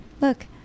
Look